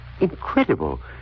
Incredible